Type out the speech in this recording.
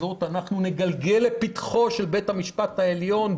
הזאת נגלגל לפתחו של בית המשפט העליון,